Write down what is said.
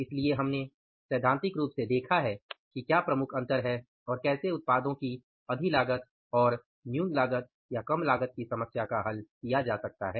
इसलिए हमने सैद्धांतिक रूप से देखा है कि क्या प्रमुख अंतर है और कैसे उत्पादों की अधिलागत और कम लागत की समस्या का हल किया जा सकता है